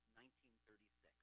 1936